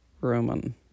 Roman